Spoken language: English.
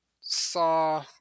saw